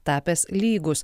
tapęs lygus